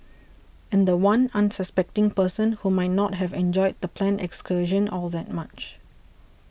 and the one unsuspecting person who might not have enjoyed the planned excursion all that much